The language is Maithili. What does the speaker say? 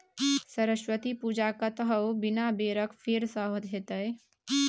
सरस्वती पूजा कतहु बिना बेरक फर सँ हेतै?